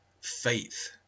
Faith